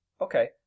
Okay